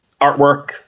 artwork